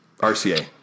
RCA